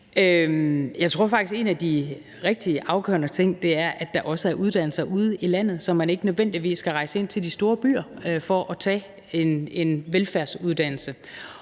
Jeg tror faktisk, at en af de rigtig afgørende ting er, at der også er uddannelser ude i landet, så man ikke nødvendigvis skal rejse ind til de store byer for at tage en velfærdsuddannelse.